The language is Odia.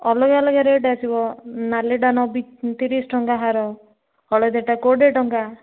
ଅଲଗା ଅଲଗା ରେଟ୍ ଆସିବ ନାଲିଟା ନେବି ତିରିଶ ଟଙ୍କା ହାର ହଳଦିଆଟା କୋଡ଼ିଏ ଟଙ୍କା